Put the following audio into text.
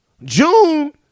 June